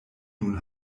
nun